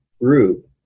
group